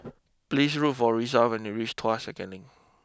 please look for Risa when you reach Tuas second Link